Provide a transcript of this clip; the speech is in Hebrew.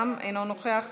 גם אינו נוכח.